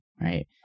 right